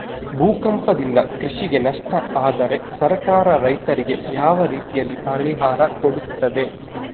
ಭೂಕಂಪದಿಂದ ಕೃಷಿಗೆ ನಷ್ಟ ಆದ್ರೆ ಸರ್ಕಾರ ರೈತರಿಗೆ ಯಾವ ರೀತಿಯಲ್ಲಿ ಪರಿಹಾರ ಕೊಡ್ತದೆ?